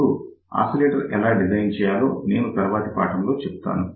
అప్పుడు ఆసిలేటర్ ఎలా డిజైన్ చేయాలో నేను తరువాతి ఉపన్యాసములో చెబుతాను